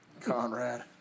Conrad